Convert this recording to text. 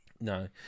no